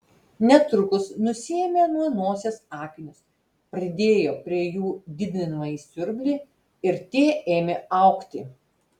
netrukus nusiėmė nuo nosies akinius pridėjo prie jų didinamąjį siurblį ir tie ėmė augti